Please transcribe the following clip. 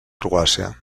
croàcia